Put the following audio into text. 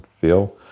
feel